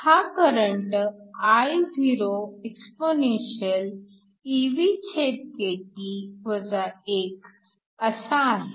हा current Ioexp⁡ असा आहे